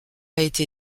été